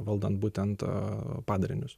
valdant būtent padarinius